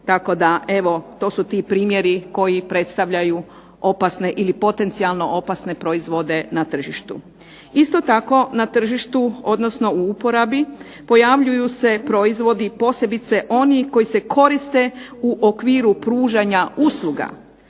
to su ti primjeri koji predstavljaju opasne ili potencijalno opasne proizvode na tržištu. Isto tako na tržištu, odnosno u uporabi pojavljuju se proizvodi, posebice oni koji se koriste u okviru pružanja usluga,